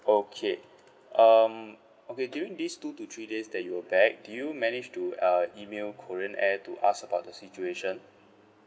okay um okay during these two to three days that you were back do you manage to uh email Korean Air to ask about the situation